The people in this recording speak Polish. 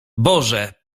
boże